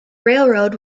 railroad